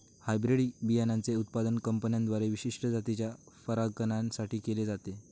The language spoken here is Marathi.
हायब्रीड बियाणांचे उत्पादन कंपन्यांद्वारे विशिष्ट जातीच्या परागकणां साठी केले जाते